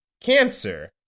cancer